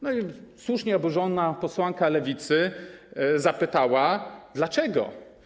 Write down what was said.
No i słusznie oburzona posłanka Lewicy zapytała: Dlaczego?